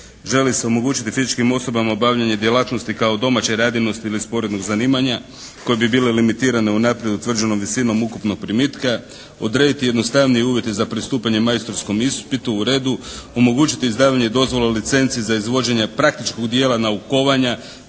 želi se omogućiti fizičkim osobama obavljanje djelatnosti kao domaće radinosti ili sporednog zanimanja koje bi bile limitirane unaprijed utvrđenom visinom ukupnog primitka. Odrediti jednostavnije uvjete za pristupanje majstorskom ispitu. U redu. Omogućiti izdavanje dozvola, licenci za izvođenja praktičnog dijela naukovanja